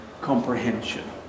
comprehension